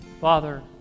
Father